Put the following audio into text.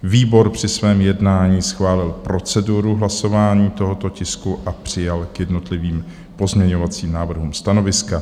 Výbor při svém jednání schválil proceduru hlasování tohoto tisku a přijal k jednotlivým pozměňovacím návrhům stanoviska.